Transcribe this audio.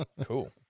Cool